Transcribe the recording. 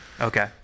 Okay